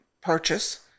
purchase